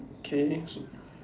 okay so